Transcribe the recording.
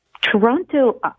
Toronto